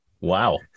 Wow